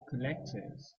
collectors